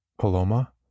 Paloma